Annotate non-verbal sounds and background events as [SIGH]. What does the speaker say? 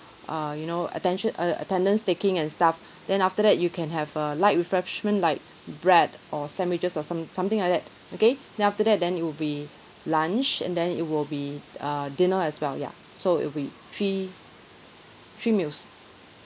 err you know attention uh attendance taking and stuff [BREATH] then after that you can have a light refreshment like bread or sandwiches or some something like that okay then after that then it will be lunch and then it will be uh dinner as well ya so it'll be three three meals